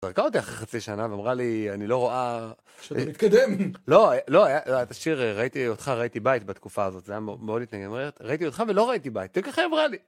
זרקה אותי אחרי חצי שנה ואמרה לי אני לא רואה, שזה מתקדם. לא, לא, ראיתי אותך, ראיתי בית בתקופה הזאת, זה היה מאוד..., ראיתי אותך ולא ראיתי בית, זה ככה אמרה לי.